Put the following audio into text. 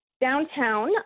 downtown